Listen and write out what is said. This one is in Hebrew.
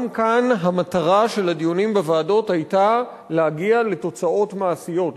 גם המטרה של הדיונים בוועדות היתה להגיע לתוצאות מעשיות,